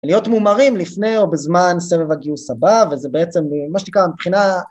להיות מומרים לפני או בזמן סבב הגיוס הבא, וזה בעצם מה שנקרא מבחינה